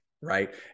Right